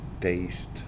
taste